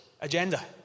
agenda